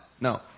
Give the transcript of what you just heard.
No